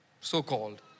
so-called